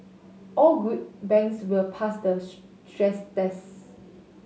all good banks will pass the stress test